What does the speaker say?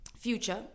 Future